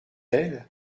elle